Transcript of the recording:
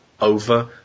over